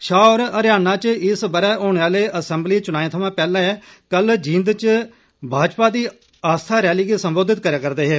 शाह होरें हरियाणा च इस बरै होने आले असेंबली चुनाएं थवां पैहले कल जींद च भाजपा दी आस्था रैली गी सम्बोधित करै करदे हे